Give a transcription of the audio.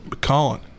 Colin